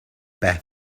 beth